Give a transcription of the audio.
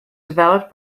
developed